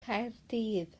caerdydd